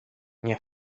nie